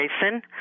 Jason